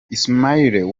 ismael